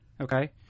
Okay